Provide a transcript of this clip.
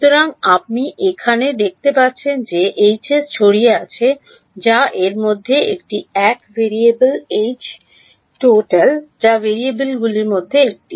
সুতরাং আপনি এখানে দেখতে পাচ্ছেন যে Hs ছড়িয়ে আছে যা এর মধ্যে একটি 1 ভেরিয়েবল H এইচ টোটাল যা ভেরিয়েবলগুলির মধ্যে একটি